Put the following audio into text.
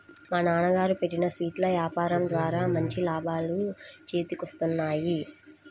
మా నాన్నగారు పెట్టిన స్వీట్ల యాపారం ద్వారా మంచి లాభాలు చేతికొత్తన్నాయి